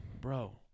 bro